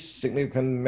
significant